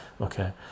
okay